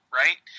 right